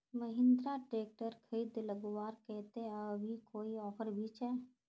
Mahindra tractor खरीद लगवार केते अभी कोई ऑफर भी छे?